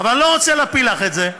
אבל אני לא רוצה להפיל לך את זה,